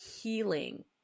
healing